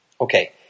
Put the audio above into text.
Okay